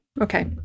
Okay